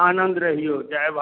आनन्द रहियौ जय बाबा